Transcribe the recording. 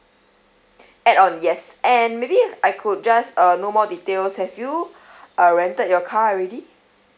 add on yes and maybe I could just uh know more details have you uh rented your car already